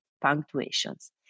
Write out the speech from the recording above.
punctuations